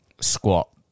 squat